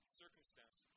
circumstance